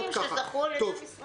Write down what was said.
אבל יש זכיינים שזכו על ידי המשרד.